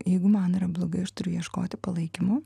jeigu man yra blogai aš turiu ieškoti palaikymo